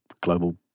global